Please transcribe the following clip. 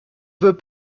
veut